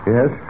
Yes